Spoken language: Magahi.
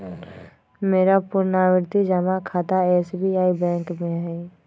मेरा पुरनावृति जमा खता एस.बी.आई बैंक में हइ